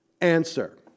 answer